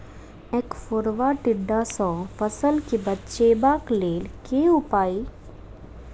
ऐंख फोड़ा टिड्डा सँ फसल केँ बचेबाक लेल केँ उपाय?